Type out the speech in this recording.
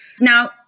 Now